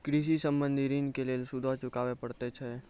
कृषि संबंधी ॠण के लेल सूदो चुकावे पड़त छै?